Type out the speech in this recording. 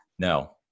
No